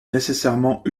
nécessairement